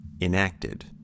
enacted